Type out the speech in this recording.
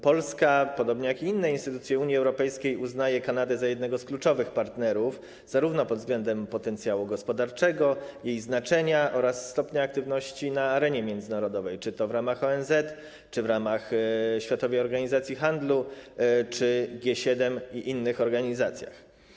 Polska, podobnie jak i inne instytucje Unii Europejskiej, uznaje Kanadę za jednego z kluczowych partnerów, zarówno pod względem potencjału gospodarczego, jak i jej znaczenia oraz stopnia aktywności na arenie międzynarodowej: czy to w ramach ONZ, czy w ramach Światowej Organizacji Handlu, czy G7 i innych organizacjach.